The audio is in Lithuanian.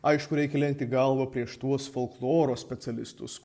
aišku reikia lenkti galvą prieš tuos folkloro specialistus